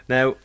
Now